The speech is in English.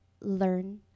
learn